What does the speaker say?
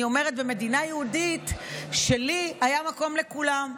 אני אומרת: במדינה היהודית שלי היה מקום לכולם,